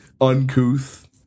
uncouth